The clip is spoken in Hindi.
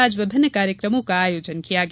आज विभिन्न कार्यक्रमों का आयोजन किया गया